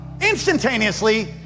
instantaneously